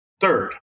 third